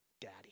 daddy